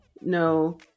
no